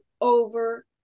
over